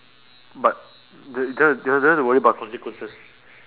but do~ do~ do~ don't have to worry about the consequences